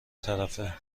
طرفه